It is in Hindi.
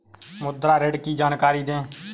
मुद्रा ऋण की जानकारी दें?